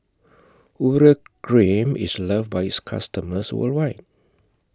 Urea Cream IS loved By its customers worldwide